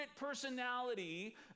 personality